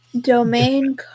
Domain